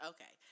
Okay